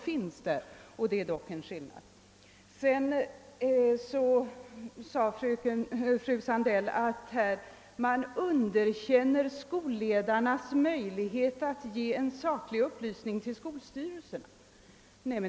Fröken Sandell sade att man underkänner skolledarnas förmåga att ge skolstyrelsen saklig upplysning.